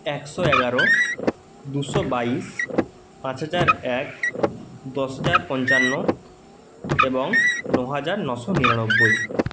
একশো এগারো দুশো বাইশ পাঁচ হাজার এক দশ হাজার পঞ্চান্ন এবং ন হাজার নশো নিরানব্বই